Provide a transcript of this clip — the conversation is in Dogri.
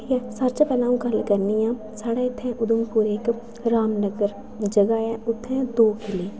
ठीक ऐ सारे शा पैह्ले अ'ऊं गल्ल करनी आं साढ़े इत्थै उधमपुरै इक रामनगर जगहा ऐ उत्थै दो किले न